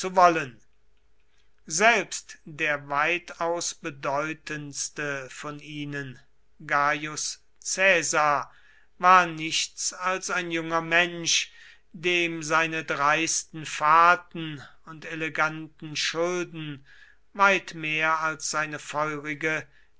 wollen selbst der weitaus bedeutendste von ihnen gaius caesar war nichts als ein junger mensch dem seine dreisten fahrten und eleganten schulden weit mehr als seine feurige